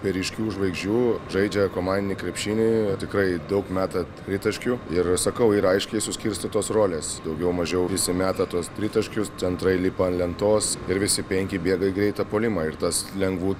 be ryškių žvaigždžių žaidžia komandinį krepšinį tikrai daug meta tritaškių ir sakau yra aiškiai suskirstytos rolės daugiau mažiau visi meta tuos tritaškius centrai lipa ant lentos ir visi penki bėga į greitą puolimą ir tas lengvų